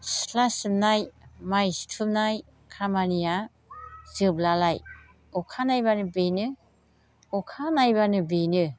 सिथ्ला सिबनाय माइ सिथुमनाय खामानिया जोबलालाय अखा नायबानो बेनो अखा नायबानो बेनो